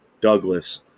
Douglas